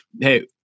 hey